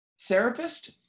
therapist